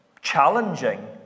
challenging